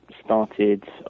started